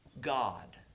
God